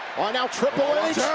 ah now triple h,